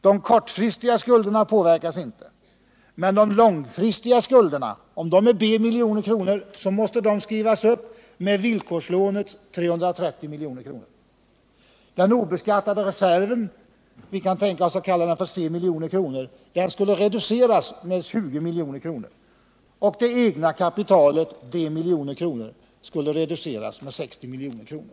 De kortfristiga skulderna påverkas inte, men de långfristiga skulderna, som jag har satt till b milj.kr., måste skrivas upp med det konvertibla villkorslånets 330 milj.kr. Den obeskattade reserven, som vi kan tänka oss att kalla c milj.kr., skulle reduceras med 20 milj.kr., och det egna kapitalet, d milj.kr., skulle reduceras med 60 milj.kr.